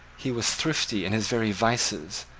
he was thrifty in his very vices,